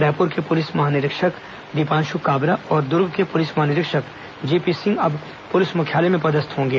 रायपुर के पुलिस महानिरीक्षक दीपांशु काबरा और दुर्ग के पुलिस महानिरीक्षक जीपी सिंह अब पुलिस मुख्यालय में पदस्थ होंगे